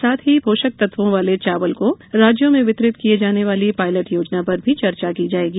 साथ ही पोषक तत्वों वाले चावल को राज्यों में वितरित करने वाली पायलट योजना पर भी चर्चा की जाएगी